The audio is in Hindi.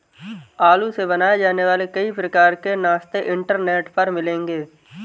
आलू से बनाए जाने वाले कई प्रकार के नाश्ते इंटरनेट पर मिलेंगे